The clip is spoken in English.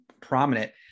prominent